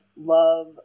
love